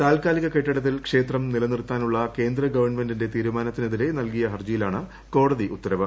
താൽക്കാലിക കെട്ടിടത്തിൽ ക്ഷേത്രം നിലനിർത്താനുള്ള കേന്ദ്ര ഗവൺമെന്റിന്റെ തീരുമാനത്തിനെതിരെ നൽകിയ ഹർജിയിലാണ് കോടതി ഉത്തരവ്